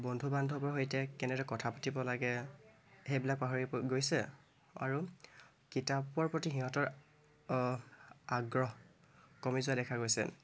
বন্ধু বান্ধৱৰ লগত কেনেদৰে কথা পাতিব লাগে সেইবিলাক পাহৰি গৈছে আৰু কিতাপৰ প্ৰতি সিহঁতৰ আগ্ৰহ কমি যোৱা দেখা গৈছে